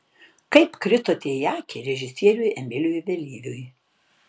kaip kritote į akį režisieriui emiliui vėlyviui